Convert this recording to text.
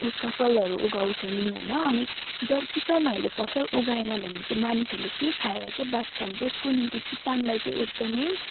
फसलहरू उगाउँछन् अनि जब किसानहरूले फसल उगाएन भने चाहिँ मानिसहरूले के खाएर चाहिँ बाँच्छन् त्यसको निम्ति किसानलाई चाहिँ एकदमै